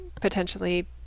potentially